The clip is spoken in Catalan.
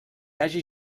hagi